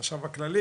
החשב הכללי.